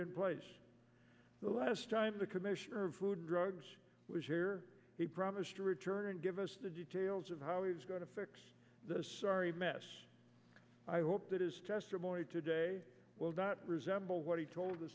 in place the last time the commissioner of food drugs was here he promised to return and give us the details of how he's going to fix the sorry mess i hope that his testimony today will not resemble what he told the